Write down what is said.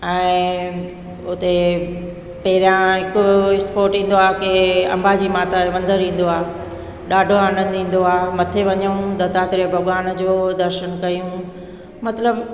ऐं हुते पहिरियों हिकु स्पोट ईंदो आहे की अम्बा जी माता जो मंदरु ईंदो आहे ॾाढो आनंदु ईंदो आहे मथे वञूं धतारे भॻिवान जो दर्शन कयूं मतिलबु